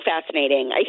fascinating